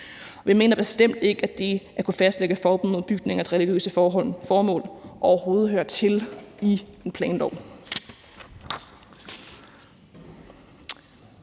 Vi mener bestemt ikke, at det at kunne fastlægge forbud mod bygninger til religiøse formål overhovedet hører til i en planlov.